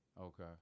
okay